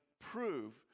prove